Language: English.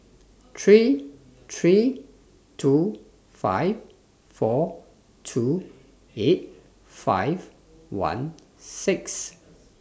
three three two five four two eight five one six